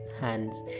hands